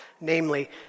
namely